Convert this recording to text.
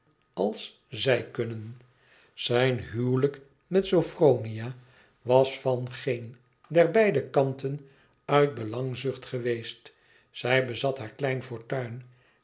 als zij kunnen zijn huwelijk met sophronia was van geen der beide kanten uit belangzucht geweest zij bezat haar kleine fortuin